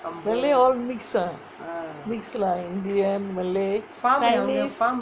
malay all kid ah mix lah indian malay chinese